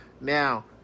Now